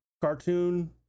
cartoon